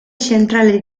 centrale